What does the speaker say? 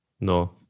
No